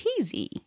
peasy